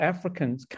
Africans